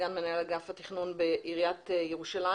סגן מנהל אגף התכנון בעיריית ירושלים.